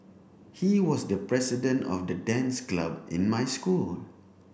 he was the president of the dance club in my school